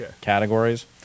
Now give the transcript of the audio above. categories